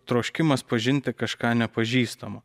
troškimas pažinti kažką nepažįstamo